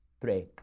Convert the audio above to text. three